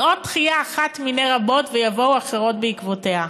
היא עוד דחייה אחת מני רבות ויבואו אחרות בעקבותיה.